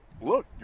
Look